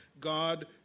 god